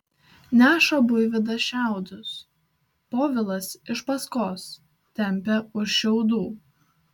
neša buivydas šiaudus povilas iš paskos tempia už šiaudų